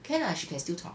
can ah she can still talk